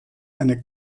eine